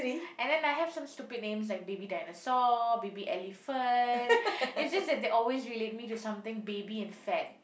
and then I have some stupid names like Baby Dinosaur Baby Elephant it's just that they always relate me to something baby and fat